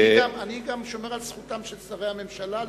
אני גם שומר על זכותם של שרי הממשלה לדבר.